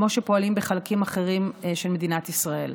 כמו שפועלים בחלקים אחרים של מדינת ישראל.